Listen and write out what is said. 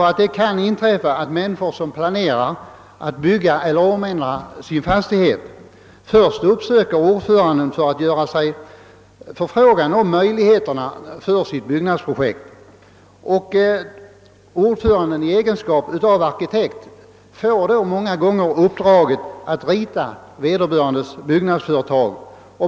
Då kan det nämligen hända att en person som planerar att bygga nytt eller bygga om sin fastighet först uppsöker ordföranden i byggnadsnämnden för att efterhöra förutsättningarna för byggnadsprojektet, och eftersom ordföranden är arkitekt får han sedan uppdraget att göra ritningarna till detta byggnadsföretag.